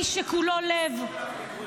איש שכולו לב,